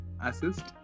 assist